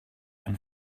and